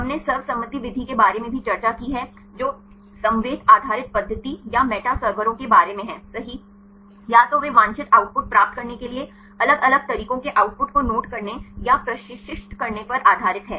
हमने सर्वसम्मति विधि के बारे में भी चर्चा की है जो समवेत आधारित पद्धति या मेटा सर्वरों के बारे में है सही या तो वे वांछित आउटपुट प्राप्त करने के लिए अलग अलग तरीकों के आउटपुट को नोट करने या प्रशिक्षित करने पर आधारित हैं